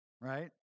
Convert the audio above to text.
right